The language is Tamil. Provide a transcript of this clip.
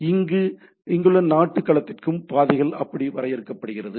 எனவே இங்குள்ள நாட்டு களத்திற்கும் பாதைகள் அப்படி வரையறுக்கப்படுகின்றன